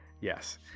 Yes